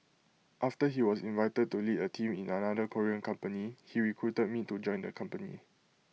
after he was invited to lead A team in another Korean company he recruited me to join the company